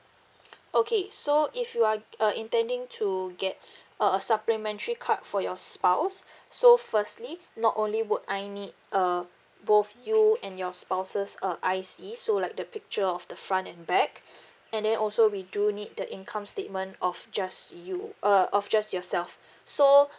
okay so if you are uh intending to get a a supplementary card for your spouse so firstly not only would I need uh both you and your spouses uh I_C so like the picture of the front and back and then also we do need the income statement of just you err of just yourself so